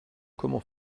comment